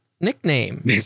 nickname